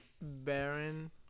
Baron